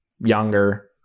younger